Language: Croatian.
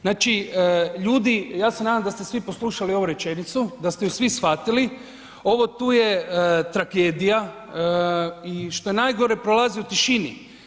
Znači, ljudi, ja se nadam da ste svi poslušali ovu rečenicu, da ste ju svi shvatili, ovo tu je tragedija i što je najgore prolazi u tišini.